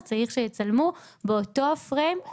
אז צריך שיצלמו באותו הפריים,